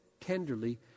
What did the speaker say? tenderly